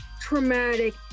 traumatic